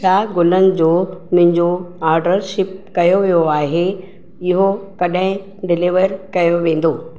छा गुलनि जो मुंहिंजो ऑडर शिप कयो वियो आहे इहो कॾहिं डिलीवर कयो वेंदो